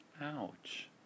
Ouch